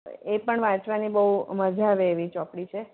એ પણ વાંચવાની બહુ મજા આવે એવી ચોપડી છે